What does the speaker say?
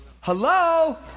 Hello